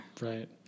Right